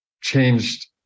changed